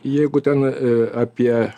jeigu ten apie